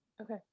Okay